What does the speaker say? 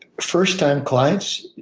first time clients,